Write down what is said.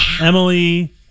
Emily